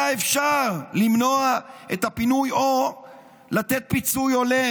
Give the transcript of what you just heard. היה אפשר למנוע את הפינוי או לתת פיצוי הולם.